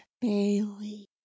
Bailey